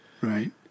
Right